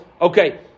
Okay